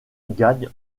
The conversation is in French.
gagne